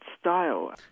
style